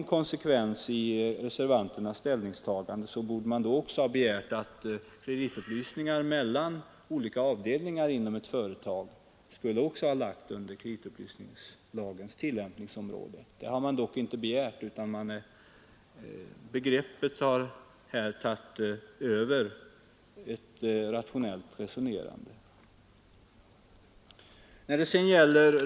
Skulle reservanterna ha varit konsekventa, borde de ha begärt att också kreditupplysningar mellan olika avdelningar inom ett företag skulle ha lagts under kreditupplysningslagens tillämpningsområde. Det har man dock inte begärt, utan här har det tagits ett rationellt grepp.